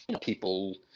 people